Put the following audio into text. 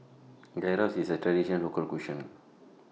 Gyros IS A Traditional Local Cuisine